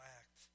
act